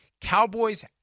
Cowboys